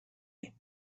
and